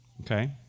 okay